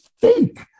fake